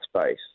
space